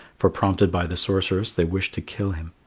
for prompted by the sorceress they wished to kill him.